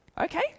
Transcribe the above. Okay